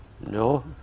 No